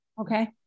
Okay